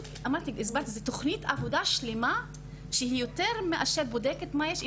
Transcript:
אמרתי והסברתי: זו תוכנית עבודה שלמה שיותר מאשר היא בודקת מה יש,